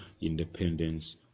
independence